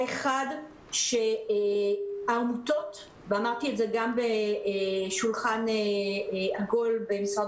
האחד ואמרתי את זה גם בשולחן עגול במשרד